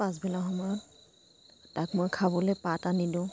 পাছবেলা সময়ত তাক মই খাবলৈ পাত আনি দিওঁ